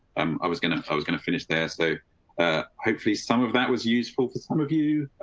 um i was gonna i was gonna finish there so hopefully some of that was useful for some of you.